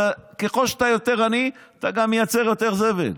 ככל שאתה יותר עני אתה גם מייצר יותר זבל,